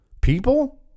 People